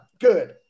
Good